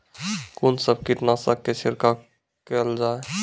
कून सब कीटनासक के छिड़काव केल जाय?